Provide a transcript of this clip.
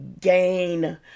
gain